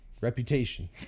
reputation